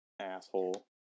Asshole